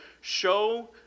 show